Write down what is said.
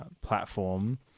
platform